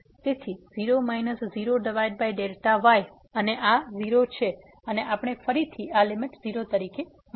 તેથી 0 0Δy અને આ 0 છે અને આપણને ફરીથી આ લીમીટ 0 તરીકે મળશે